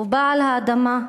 הוא בעל האדמה,